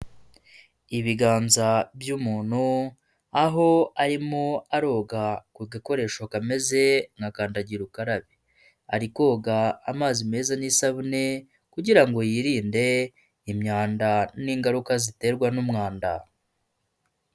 Ibiganza by'umuntu aho arimo aroga ku gakoresho kameze nka kandagira ukarabe, ari koga amazi meza n'isabune kugira ngo yirinde imyanda n'ingaruka ziterwa n'umwanda.